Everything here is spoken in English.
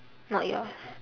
not yours